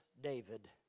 David